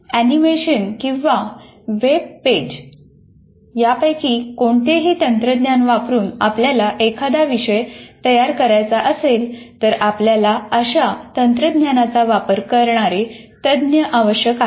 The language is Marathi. अॅनिमेशन किंवा वेब पृष्ठे यापैकी कोणतेही तंत्रज्ञान वापरुन आपल्याला एखादा विषय तयार करायचा असेल तर आपल्याला अशा तंत्रज्ञानाचा वापर करणारे तज्ञ आवश्यक आहेत